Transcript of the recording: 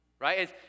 Right